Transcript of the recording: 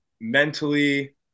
mentally